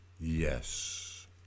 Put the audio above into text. Yes